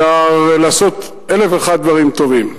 אפשר לעשות אלף ואחד דברים טובים.